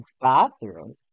bathroom